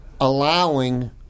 allowing